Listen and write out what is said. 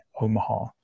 Omaha